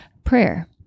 Prayer